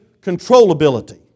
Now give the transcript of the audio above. controllability